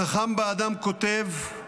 החכם באדם כותב: